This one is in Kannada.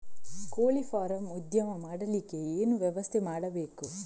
ಕೋಳಿ ಫಾರಂ ಉದ್ಯಮ ಮಾಡಲಿಕ್ಕೆ ಏನು ವ್ಯವಸ್ಥೆ ಮಾಡಬೇಕು?